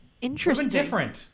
Interesting